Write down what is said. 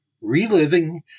Reliving